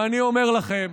ואני אומר לכם,